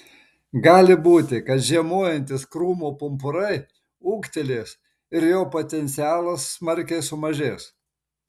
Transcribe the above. gali būti kad žiemojantys krūmo pumpurai ūgtelės ir jo potencialas smarkiai sumažės